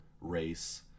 race